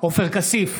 עופר כסיף,